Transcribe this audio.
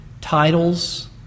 Titles